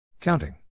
counting